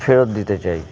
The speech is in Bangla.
ফেরত দিতে চাই